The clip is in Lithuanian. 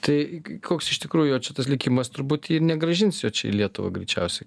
tai koks iš tikrųjų jo čia tas likimas turbūt ir negrąžins jo čia į lietuvą greičiausiai